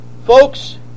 Folks